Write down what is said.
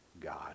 God